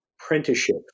apprenticeship